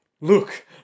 look